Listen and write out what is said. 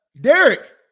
Derek